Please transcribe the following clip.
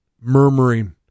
murmuring